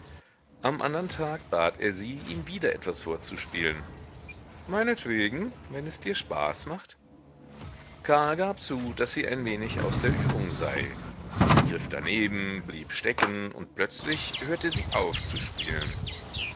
am andern tag bat er sie ihm wieder etwas vorzuspielen meinetwegen wenn es dir spaß macht karl gab zu daß sie ein wenig aus der übung sei sie griff daneben blieb stecken und plötzlich hörte sie auf zu spielen